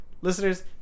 Listeners